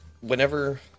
whenever